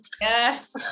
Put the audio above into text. Yes